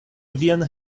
vian